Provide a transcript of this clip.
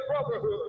brotherhood